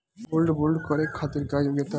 Gold bond करे खातिर का योग्यता बा?